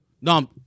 No